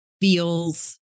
feels